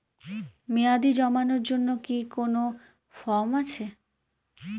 মেয়াদী জমানোর জন্য কি কোন ফর্ম আছে?